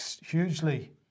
hugely